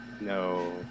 no